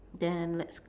then let's